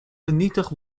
vernietigd